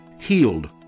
healed